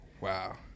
wow